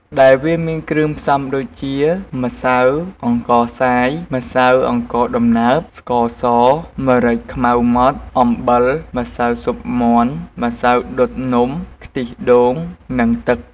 ដែលវាមានគ្រឿងផ្សំដូចជា ម្សៅអង្ករខ្សាយ ម្សៅអង្គរដំណើប ស្ករស ម្រេចខ្មៅម៉ដ្ត អំបិល ម្សៅស៊ុបមាន់ ម្សៅដុតនំ ខ្ទិះដូង និង ទឹក។